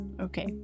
Okay